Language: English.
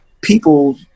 people